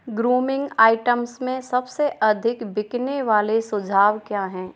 grooming items में सबसे अधिक बिकने वाले सुझाव क्या हैं